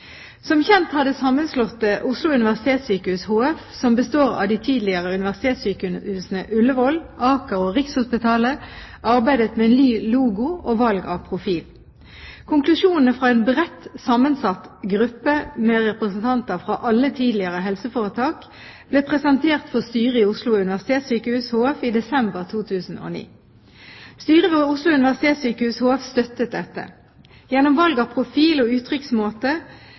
Som kjent har det sammenslåtte Oslo universitetssykehus HF, som består av de tidligere universitetssykehusene Ullevål, Aker og Rikshospitalet, arbeidet med ny logo og valg av profil. Konklusjonene fra en bredt sammensatt gruppe med representanter fra alle tidligere helseforetak ble presentert for styret i Oslo universitetssykehus HF i desember 2009. Styret ved Oslo universitetssykehus HF støttet dette. Gjennom valg av profil og uttrykksmåte